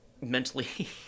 Mentally